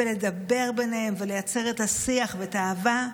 ולדבר ביניהם, ולייצר את השיח ואת האהבה,